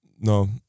no